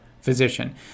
physician